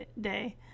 day